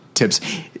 tips